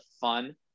fun